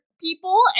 people